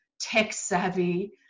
tech-savvy